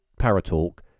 Paratalk